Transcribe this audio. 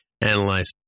analyze